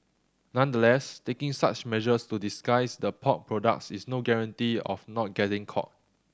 nonetheless taking such measures to disguise the pork products is no guarantee of not getting caught